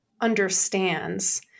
understands